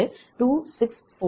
3657 23